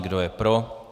Kdo je pro?